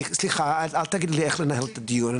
סליחה, אל תגידי איך לנהל את הדיון.